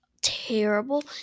terrible